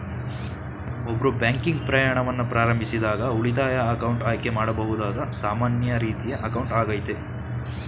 ಒಬ್ರು ಬ್ಯಾಂಕಿಂಗ್ ಪ್ರಯಾಣವನ್ನ ಪ್ರಾರಂಭಿಸಿದಾಗ ಉಳಿತಾಯ ಅಕೌಂಟ್ ಆಯ್ಕೆ ಮಾಡಬಹುದಾದ ಸಾಮಾನ್ಯ ರೀತಿಯ ಅಕೌಂಟ್ ಆಗೈತೆ